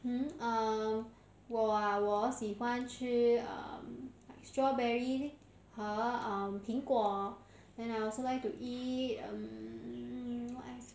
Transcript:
hmm uh 我啊我喜欢吃 um strawberry 和 um 苹果 then I also like to eat what else